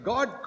God